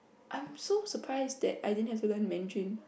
I'm so surprise that I didn't have to learn mandarin